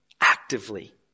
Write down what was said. actively